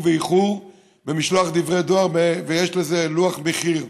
ואיחור במשלוח דברי דואר ויש לזה לוח מחיר.